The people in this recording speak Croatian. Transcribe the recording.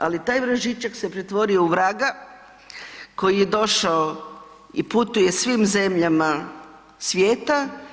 Ali taj vražićak se pretvorio u vraga koji je došao i putuje svim zemljama svijeta.